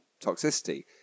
toxicity